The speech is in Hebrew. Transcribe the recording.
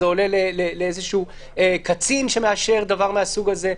זה עולה לאיזשהו קצין שמאשר דבר מהסוג הזה?